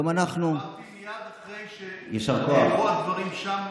גם אנחנו, אמרתי מייד אחרי שנאמרו שם.